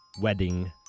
wedding